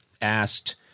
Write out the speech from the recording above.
asked